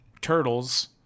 turtles